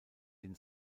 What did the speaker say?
den